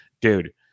dude